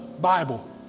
Bible